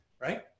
right